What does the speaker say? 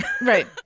Right